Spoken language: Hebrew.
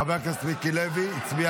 חבר הכנסת מיקי לוי הצביע